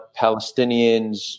Palestinians